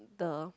the